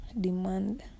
demand